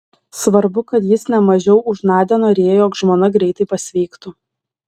svarbu kad jis ne mažiau už nadią norėjo jog žmona greitai pasveiktų